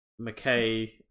McKay